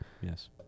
Yes